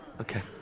okay